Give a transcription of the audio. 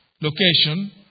location